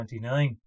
29